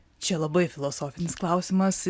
fia labai filosofinis klausimas